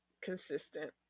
consistent